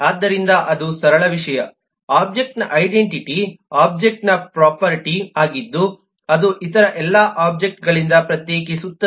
ಆದ್ದರಿಂದ ಅದು ಸರಳ ವಿಷಯ ಒಬ್ಜೆಕ್ಟ್ನ ಐಡೆಂಟಿಟಿ ಒಬ್ಜೆಕ್ಟ್ನ ಪ್ರೊಫರ್ಟಿ ಆಗಿದ್ದು ಅದು ಇತರ ಎಲ್ಲ ಒಬ್ಜೆಕ್ಟ್ಗಳಿಂದ ಪ್ರತ್ಯೇಕಿಸುತ್ತದೆ